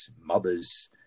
mothers